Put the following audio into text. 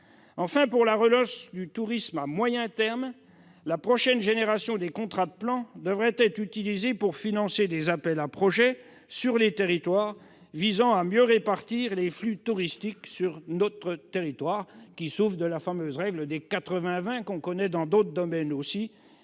Enfin, pour relancer le tourisme à moyen terme, la prochaine génération de contrats de plan État-région devrait être utilisée pour financer des appels à projets visant à mieux répartir les flux touristiques sur notre territoire, qui souffre de la fameuse règle des 80-20, que l'on connaît dans d'autres domaines.